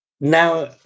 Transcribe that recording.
Now